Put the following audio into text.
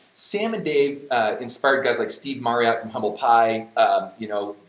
sam and dave inspired guys like steve marriott from humble pie, um you know,